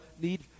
need